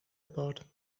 apart